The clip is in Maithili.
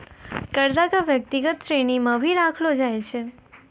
कर्जा क व्यक्तिगत श्रेणी म भी रखलो जाय छै